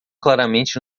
claramente